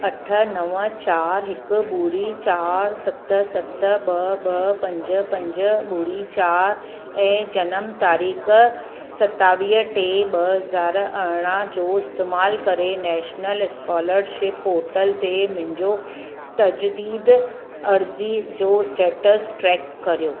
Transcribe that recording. अठ नवं चार हिकु ॿुड़ी चार सत सत ॿ ॿ पंज पंज ॿुड़ी चार ऐं जनम तारीख़ सतावीह टे ॿ हज़ार अरड़हं जो इस्तेमालु करे नैशनल स्कॉलरशिप पोर्टल ते मुंहिंजो तजदीद अर्जी जो स्टेटस ट्रैक करियो